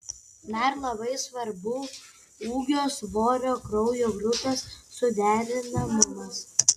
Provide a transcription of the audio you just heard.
dar labai svarbu ūgio svorio kraujo grupės suderinamumas